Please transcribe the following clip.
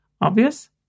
obvious